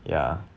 ya